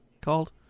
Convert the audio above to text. called